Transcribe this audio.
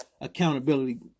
Accountability